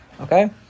Okay